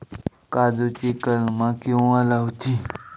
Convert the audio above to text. काजुची कलमा केव्हा लावची?